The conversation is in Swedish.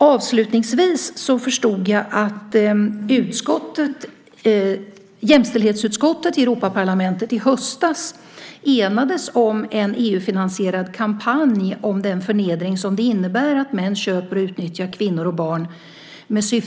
Avslutningsvis förstod jag att jämställdhetsutskottet i Europaparlamentet i höstas enades om en EU-finansierad kampanj om den förnedring som det innebär att män köper och utnyttjar kvinnor och barn.